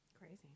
Crazy